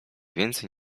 więcej